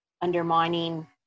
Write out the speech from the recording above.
undermining